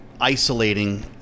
isolating